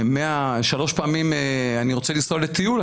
3 פעמים שאני רוצה לנסוע לטיול,